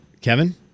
Kevin